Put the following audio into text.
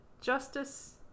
justice